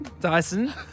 Dyson